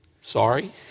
Sorry